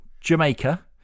Jamaica